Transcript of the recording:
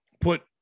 put